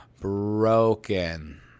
broken